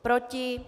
Proti?